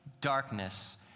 Darkness